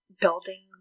buildings